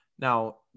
Now